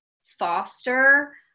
foster